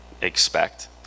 expect